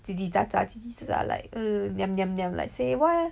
叽叽喳喳叽叽喳喳 like ugh niam niam niam like say what